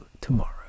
tomorrow